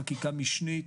חקיקה משנית.